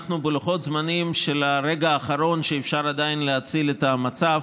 אנחנו בלוחות זמנים של הרגע האחרון שאפשר עדיין להציל את המצב.